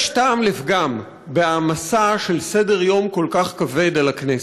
יש טעם לפגם בהעמסה של סדר-יום כל כך כבד על הכנסת.